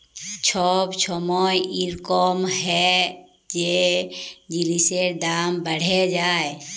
ছব ছময় ইরকম হ্যয় যে জিলিসের দাম বাড়্হে যায়